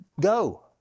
go